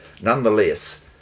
Nonetheless